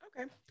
okay